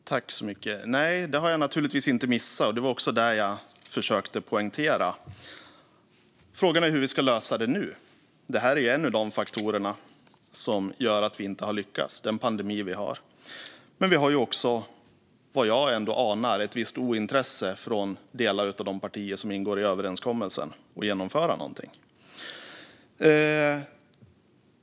Fru talman! Nej, det har jag naturligtvis inte missat. Det var också det jag försökte poängtera. Frågan är hur vi ska lösa det nu. Den pandemi vi har är en av de faktorer som gör att vi inte har lyckats. Men vi har också, vad jag ändå anar, ett visst ointresse från delar av de partier som ingår i överenskommelsen av att genomföra någonting.